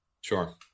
Sure